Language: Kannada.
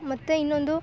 ಮತ್ತೆ ಇನ್ನೊಂದು